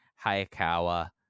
Hayakawa